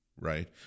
Right